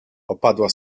opadła